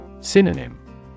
Synonym